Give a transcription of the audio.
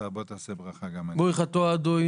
כבוד השר, בוא תעצור רגע לשתות ותברך.